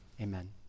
amen